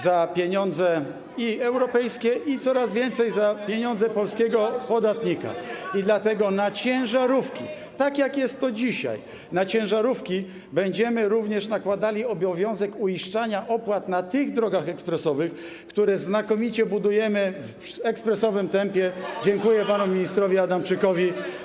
za pieniądze i europejskie, i coraz więcej za pieniądze polskiego podatnika, dlatego na ciężarówki, tak jak jest to dzisiaj, będziemy również nakładali obowiązek uiszczania opłat na tych drogach ekspresowych, które znakomicie budujemy w ekspresowym tempie - dziękuję panu ministrowi Adamczykowi.